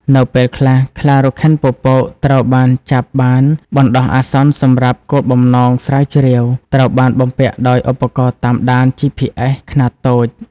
នៅពេលខ្លះ ខ្លារខិនពពកដែលត្រូវបានចាប់បានបណ្តោះអាសន្នសម្រាប់គោលបំណងស្រាវជ្រាវ ត្រូវបានបំពាក់ដោយ ឧបករណ៍តាមដាន GPS ខ្នាតតូច។